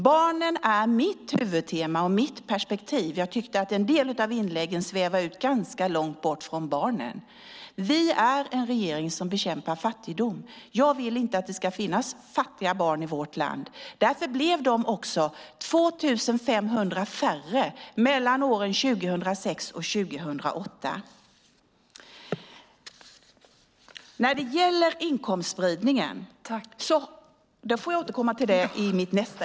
Barnen är mitt huvudtema och mitt perspektiv. Jag tyckte att en del av inläggen svävade ut ganska långt bort från barnen. Den här regeringen bekämpar fattigdom. Jag vill inte att det ska finnas fattiga barn i vårt land. Därför blev de 2 500 färre mellan åren 2006 och 2008.